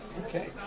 okay